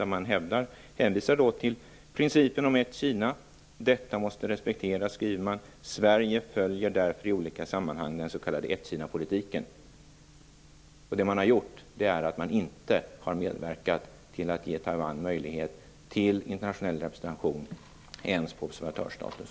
Där hänvisar man till principen om ett Kina. Detta måste respekteras, skriver man, och Sverige följer därför i olika sammanhang den s.k. ett-Kina-politiken. Det man har gjort är att man inte medverkat till att ge Taiwan möjlighet till internationell representation ens med observatörsstatus.